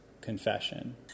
confession